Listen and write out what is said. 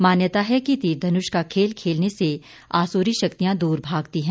मान्यता है कि तीर धनुष का खेल खेलने से आसुरी शक्तियां दूर भागती हैं